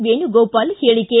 ವೇಣುಗೋಪಾಲ್ ಹೇಳಿಕೆ